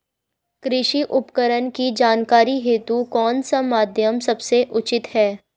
कृषि उपकरण की जानकारी हेतु कौन सा माध्यम सबसे उचित है?